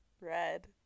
Red